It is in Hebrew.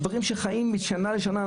דברים שקיימים משנה לשנה,